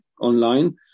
online